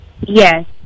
yes